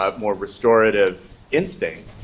um more restorative instincts,